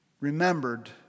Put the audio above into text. remembered